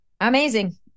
Amazing